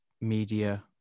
media